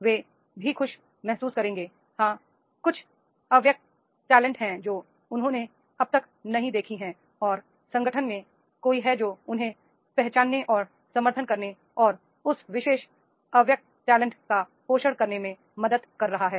वे भी खुश महसूस करेंगे हाँ कुछ अव्यक्त टैलेंट हैं जो उन्होंने अब तक नहीं देखी हैं और संगठन में कोई है जो उन्हें पहचानने और समर्थन करने और उस विशेष अव्यक्त टैलेंट का पोषण करने में मदद कर रहा है